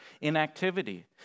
inactivity